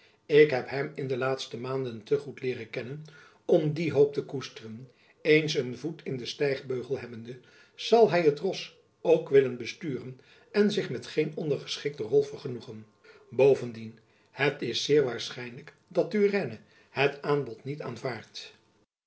ik heb hem in de laatste maanden te goed leeren kennen om die hoop te koesteren eens een voet in den stijgbeugel hebbende zal hy het ros ook willen besturen en zich met geen ondergeschikte rol vergenoegen bovendien het is zeer waarschijnlijk dat turenne het aanbod niet aanvaardt